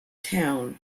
town